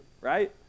right